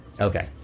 Okay